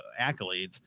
accolades